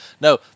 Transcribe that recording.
No